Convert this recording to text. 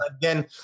again